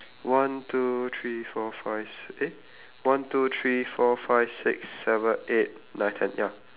one two three four five s~ eh one two three four five six seven eight nine ten ya